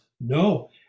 No